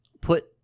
put